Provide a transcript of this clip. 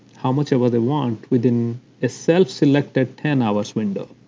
how much ever they want within a self-selected ten hours window.